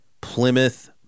Plymouth